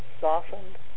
softened